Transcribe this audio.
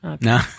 No